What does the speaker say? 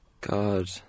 God